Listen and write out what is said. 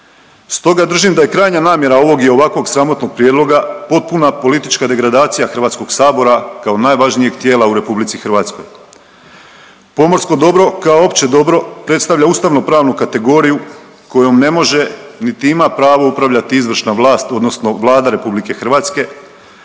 Stoga držim da je krajnja namjera ovog i ovakvog sramotnog prijedloga potpuna politička degradacija HS-a kao najvažnijeg tijela u RH. Pomorsko dobro kao opće dobro predstavlja ustavnopravnu kategoriju kojom ne može niti ima pravo upravljati izvršna vlast, odnosno Vlada RH, a koja se